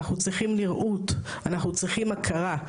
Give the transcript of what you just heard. אנחנו צריכים נראות, אנחנו צריכים הכרה.